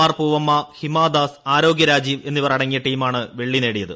R Poovamma Hima Das ആരോഗ്യ രാജീവ് എന്നിവർ അടങ്ങിയ ടീമാണ് വെളളി നേടിയത്